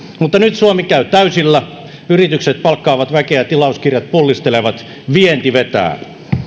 mutta nyt suomi käy täysillä yritykset palkkaavat väkeä tilauskirjat pullistelevat vienti vetää kun tämä hallitus aloitti